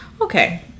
okay